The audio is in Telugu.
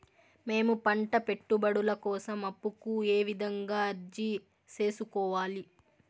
మేము పంట పెట్టుబడుల కోసం అప్పు కు ఏ విధంగా అర్జీ సేసుకోవాలి?